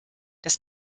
das